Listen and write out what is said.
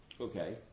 Okay